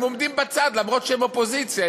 עומדים בצד אף-על-פי שהם אופוזיציה,